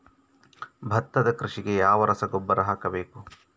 ಭತ್ತದ ಕೃಷಿಗೆ ಯಾವ ರಸಗೊಬ್ಬರ ಹಾಕಬೇಕು?